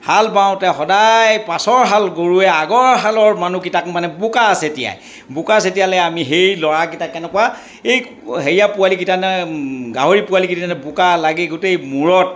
হাল বাওতে সদায় পাছৰ হাল গৰুৱে আগৰ হালৰ মানুহকেইটাক মানে বোকা ছটিয়াই বোকা ছটিয়ালে আমি সেই ল'ৰাকেইটাক কেনেকুৱা এই হেৰিয়া পোৱালিকেইটানে গাহৰি পোৱালিকেইটানে বোকা লাগি গোটেই মূৰত